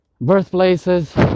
birthplaces